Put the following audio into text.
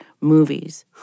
movies